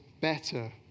better